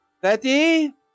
Betty